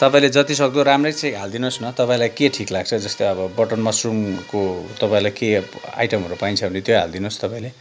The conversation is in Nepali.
तपाईँले जत्तिसक्दो राम्रै चाहिँ हालिदिनुहोस् न तपाईँलाई के ठिक लाग्छ जस्तै अब बटर मसरुमको तपाईँलाई केही आइटमहरू पाइन्छ भने त्यो हालिदिनुहोस् तपाईँले